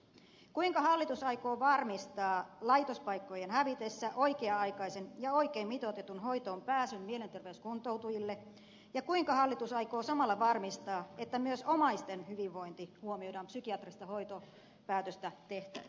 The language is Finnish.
kuinka hallitus aikoo varmistaa laitospaikkojen hävitessä oikea aikaisen ja oikein mitoitetun hoitoon pääsyn mielenterveyskuntoutujille ja kuinka hallitus aikoo samalla varmistaa että myös omaisten hyvinvointi huomioidaan psykiatrista hoitopäätöstä tehtäessä